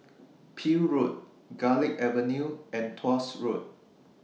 Peel Road Garlick Avenue and Tuas Road